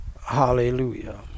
Hallelujah